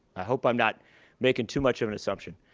i hope i'm not making too much of an assumption.